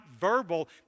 verbal